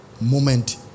moment